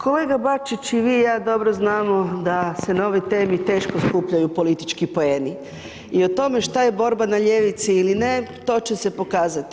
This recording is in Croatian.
Kolega Bačić, i vi i ja dobro znamo da se na ovaj temi teško skupljaju politički poeni i o tome šta je borba na ljevici ili ne, to će se pokazati.